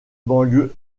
banlieue